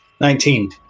Nineteen